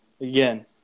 again